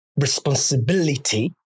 responsibility